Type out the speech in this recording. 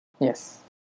Yes